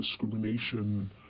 discrimination